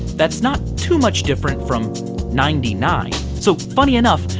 that's not too much different from ninety nine. so, funny enough,